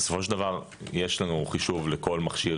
בסופו של דבר יש לנו חישוב לכל מכשיר,